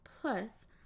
Plus